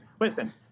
Listen